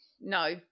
no